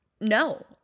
No